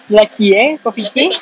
lelaki eh kau fikir